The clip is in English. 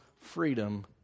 freedom